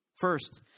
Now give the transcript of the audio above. First